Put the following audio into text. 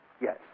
Yes